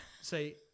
say